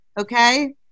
okay